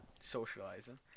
socializing